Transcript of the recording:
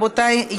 רבותיי,